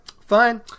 fine